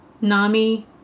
NAMI